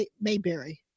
mayberry